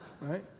Right